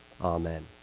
amen